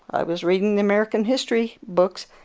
i was reading american history books,